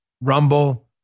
rumble